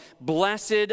blessed